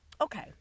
okay